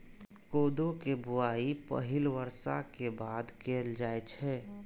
कोदो के बुआई पहिल बर्षा के बाद कैल जाइ छै